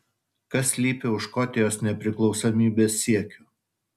kas slypi už škotijos nepriklausomybės siekių